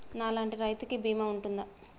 నా లాంటి రైతు కి బీమా ఉంటుందా?